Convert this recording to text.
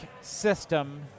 system